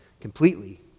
completely